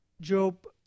Job